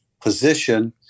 position